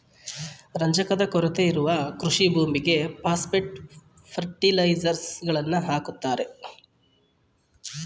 ರಂಜಕದ ಕೊರತೆ ಇರುವ ಕೃಷಿ ಭೂಮಿಗೆ ಪಾಸ್ಪೆಟ್ ಫರ್ಟಿಲೈಸರ್ಸ್ ಗಳನ್ನು ಹಾಕುತ್ತಾರೆ